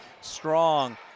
strong